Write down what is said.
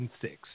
six